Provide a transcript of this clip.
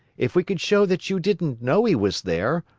if we could show that you didn't know he was there,